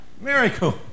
Miracle